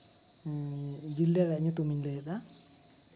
ᱡᱤᱞᱞᱟ ᱨᱮᱭᱟᱜ ᱧᱩᱛᱩᱢᱤᱧ ᱞᱟᱹᱭᱮᱜᱼᱟ